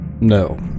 No